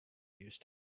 used